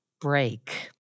break